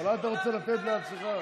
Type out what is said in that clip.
אולי אתה רוצה לתת לעצמך?